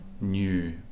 new